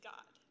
God